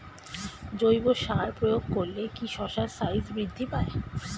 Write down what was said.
জৈব সার প্রয়োগ করলে কি শশার সাইজ বৃদ্ধি পায়?